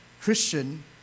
Christian